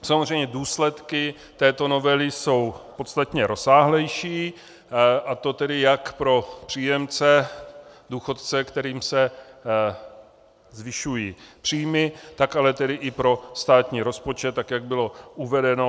Samozřejmě důsledky této novely jsou podstatně rozsáhlejší, a to tedy jak pro příjemce důchodce, kterým se zvyšují příjmy, tak ale i pro státní rozpočet, tak jak bylo uvedeno.